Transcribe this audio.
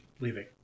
leaving